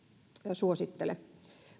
suosittele